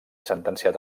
sentenciat